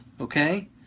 okay